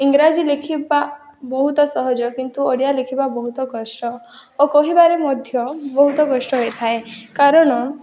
ଇଂରାଜୀ ଲେଖିବା ବହୁତ ସହଜ କିନ୍ତୁ ଓଡ଼ିଆ ଲେଖିବା ବହୁତ କଷ୍ଟ ଓ କହିବାରେ ମଧ୍ୟ ବହୁତ କଷ୍ଟ ହୋଇଥାଏ କାରଣ